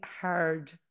hard